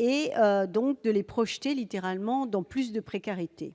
littéralement les « projeter » dans plus de précarité.